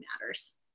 matters